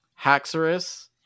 Haxorus